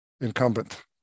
incumbent